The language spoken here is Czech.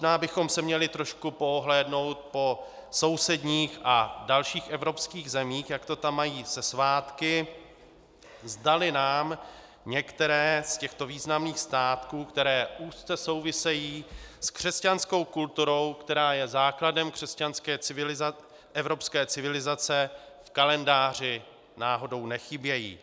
Možná bychom se měli trošku poohlédnout po sousedních a dalších evropských zemích, jak to tam mají se svátky, zdali nám některé z těchto významných svátků, které úzce souvisejí s křesťanskou kulturou, která je základem evropské civilizace, v kalendáři náhodou nechybějí.